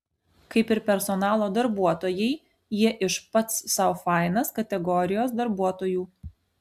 kaip ir personalo darbuotojai jie iš pats sau fainas kategorijos darbuotojų